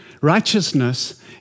Righteousness